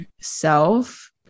self